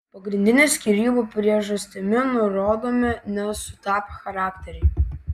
pagrindinė skyrybų priežastimi nurodomi nesutapę charakteriai